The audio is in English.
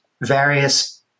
various